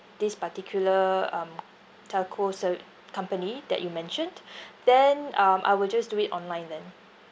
this particular um telco ser~ company that you mentioned then um I will just do it online then